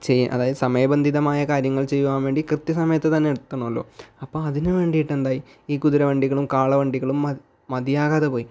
ചെയ്യാ അതായത് സമയബന്ധിതമായ കാര്യങ്ങൾ ചെയ്യുവാൻ വേണ്ടി കൃത്യ സമയത്ത് തന്നെ എത്തണമല്ലോ അപ്പം അതിന് വേണ്ടിയിട്ട് എന്തായി ഈ കുതിര വണ്ടികളും കാള വണ്ടികളും മത് മതിയാകാതെ പോയി